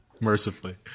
Mercifully